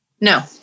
No